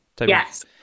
yes